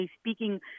speaking